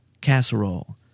casserole